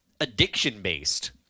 addiction-based